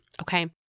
Okay